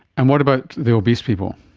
and what about the obese people?